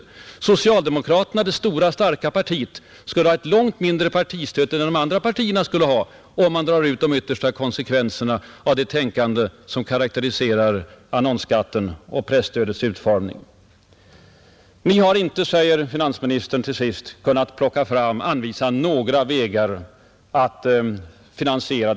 Det stora starka partiet socialdemokraterna skulle i så fall ges ett långt mindre partistöd än de övriga partierna, om man drar ut de yttersta konsekvenserna av det tänkande som präglat annonsskattens och presstödets utformning. Slutligen sade finansministern: Ni har inte kunnat anvisa några vägar för annan finansiering.